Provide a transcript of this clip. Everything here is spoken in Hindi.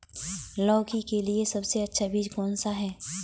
लौकी के लिए सबसे अच्छा बीज कौन सा है?